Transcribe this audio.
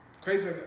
Crazy